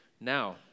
now